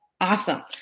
Awesome